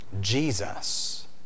Jesus